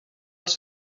els